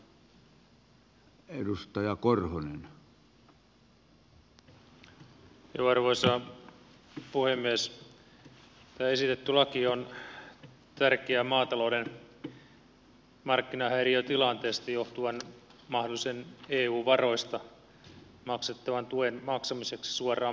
tämä esitetty laki on tärkeä maatalouden markkinahäiriötilanteista johtuvan mahdollisen eu varoista maksettavan tuen maksamiseksi suoraan maatiloille